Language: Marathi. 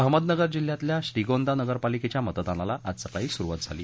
अहमदनगर जिल्ह्यातल्या श्रीगोंदा नगरपालिकेच्या मतदानाला आज सकाळी सुरुवात झाली